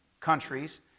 countries